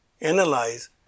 analyze